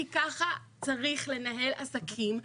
כי ככה צריך לנהל עסקים.